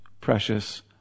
precious